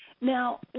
Now